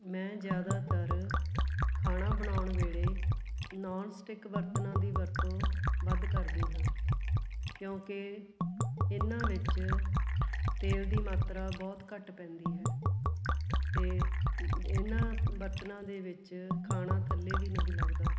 ਮੈਂ ਜ਼ਿਆਦਾਤਰ ਖਾਣਾ ਬਣਾਉਣ ਵੇਲੇ ਨੋਨ ਸਟਿੱਕ ਬਰਤਨਾਂ ਦੀ ਵਰਤੋ ਵੱਧ ਕਰਦੀ ਹਾਂ ਕਿਉਂਕਿ ਇਹਨਾਂ ਵਿੱਚ ਤੇਲ ਦੀ ਮਾਤਰਾ ਬਹੁਤ ਘੱਟ ਪੈਂਦੀ ਹੈ ਅਤੇ ਇਹਨਾਂ ਬਰਤਨਾਂ ਦੇ ਵਿੱਚ ਖਾਣਾ ਥੱਲੇ ਵੀ ਨਹੀਂ ਲੱਗਦਾ